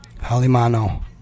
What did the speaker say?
Halimano